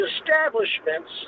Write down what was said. establishments